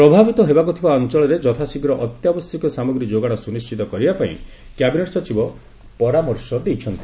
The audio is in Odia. ପ୍ରଭାବିତ ହେବାକୁ ଥିବା ଅଞ୍ଚଳରେ ଯଥାଶୀଘ୍ର ଅତ୍ୟାବଶ୍ୟକ ସାମଗ୍ରୀ ଯୋଗାଣ ସୁନିଶ୍ଚିତ କରିବା ପାଇଁ କ୍ୟାବିନେଟ୍ ସଚିବ ପରାମର୍ଶ ଦେଇଛନ୍ତି